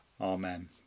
Amen